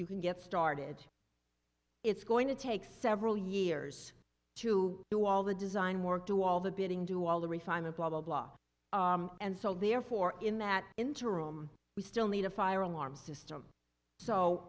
you can get started it's going to take several years to do all the design work do all the bidding do all the refining blah blah blah and so therefore in that interim we still need a fire alarm system so